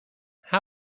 how